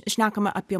šnekame apie